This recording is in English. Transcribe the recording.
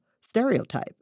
stereotype